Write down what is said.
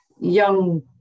young